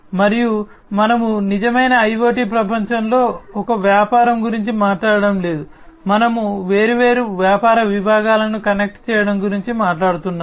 మరియు మనము నిజమైన IoT ప్రపంచంలో ఒక వ్యాపారం గురించి మాట్లాడటం లేదు మనము వేర్వేరు వ్యాపార విభాగాలను కనెక్ట్ చేయడం గురించి మాట్లాడుతున్నాము